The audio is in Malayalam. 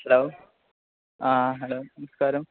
ഹലോ ആ ഹലോ നമസ്കാരം